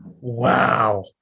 wow